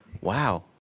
Wow